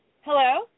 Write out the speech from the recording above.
Hello